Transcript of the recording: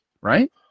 right